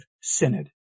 Synod